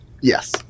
Yes